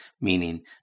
meaning